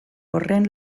horren